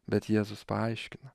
bet jėzus paaiškina